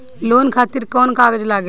Loan खातिर कौन कागज लागेला?